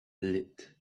lit